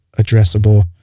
addressable